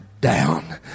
down